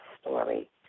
story